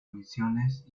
misiones